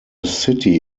city